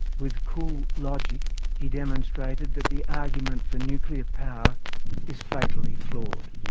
with cool logic he demonstrated that the argument for nuclear power is fatally flawed.